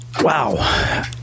Wow